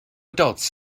adults